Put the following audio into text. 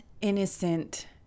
innocent